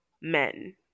men